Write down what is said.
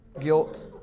guilt